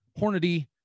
Hornady